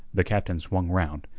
the captain swung round,